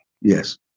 Yes